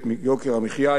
את יוקר המחיה,